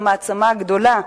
המעצמה הגדולה,